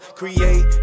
create